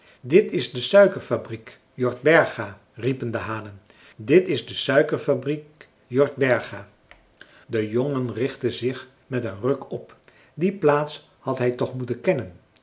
dit is de suikerfabriek jordberga riepen de hanen dit is de suikerfabriek jordberga de jongen richtte zich met een ruk op die plaats had hij toch moeten kennen